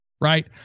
Right